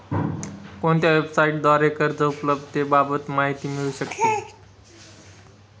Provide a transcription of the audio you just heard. कोणत्या वेबसाईटद्वारे कर्ज उपलब्धतेबाबत माहिती मिळू शकते?